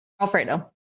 Alfredo